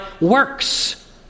works